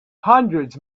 hundreds